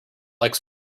like